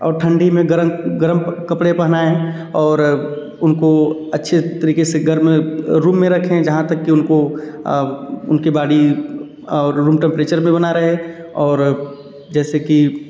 और ठंडी में गर्म गर्म कपड़े पहनाएँ और उनको अच्छे तरीके से गर्म रूम में रखें जहाँ तक कि उनको उनकी बाडी और रूम टेमप्रेचर भी बना रहे और जैसे कि